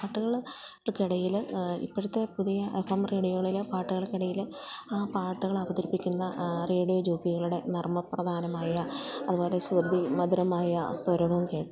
പാട്ടുകള്ക്കിടയില് ഇപ്പോഴത്തെ പുതിയ F M റേഡിയോകളിലെ പാട്ടുകൾക്കിടയില് ആ പാട്ടുകൾ അവതരിപ്പിക്കുന്ന റേഡിയോ ജോക്കികളുടെ നർമ്മപ്രധാനമായ അതുപോലെ ശ്രുതിമധുരമായ സ്വരവും കേട്ട്